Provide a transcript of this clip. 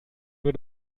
nur